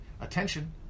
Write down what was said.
attention